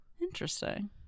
Interesting